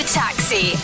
taxi